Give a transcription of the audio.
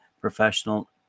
professional